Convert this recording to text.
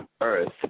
Earth